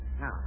Now